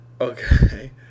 Okay